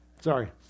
Sorry